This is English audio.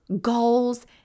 goals